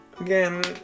Again